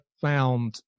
found